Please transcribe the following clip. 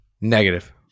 Negative